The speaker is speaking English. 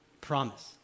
promise